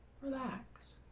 relax